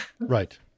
Right